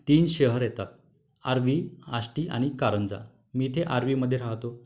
तीन शहर येतात आर्वी आष्टी आणि कारंजा मी इथे आर्वीमध्ये राहतो